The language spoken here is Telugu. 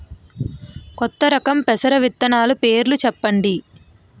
కొత్త రకం పెసర విత్తనాలు పేర్లు చెప్పండి?